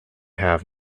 have